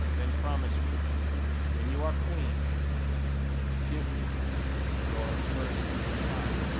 then promise me when you are queen to give me your first child.